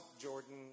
Jordan